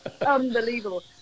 unbelievable